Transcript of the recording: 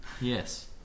Yes